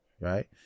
right